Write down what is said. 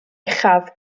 uchaf